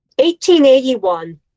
1881